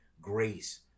grace